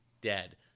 dead